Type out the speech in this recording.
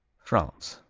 france